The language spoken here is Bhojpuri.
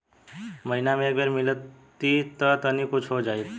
महीना मे एक बेर मिलीत त तनि कुछ हो जाइत